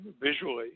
visually